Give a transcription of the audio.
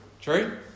True